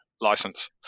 license